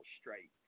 straight